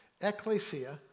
ecclesia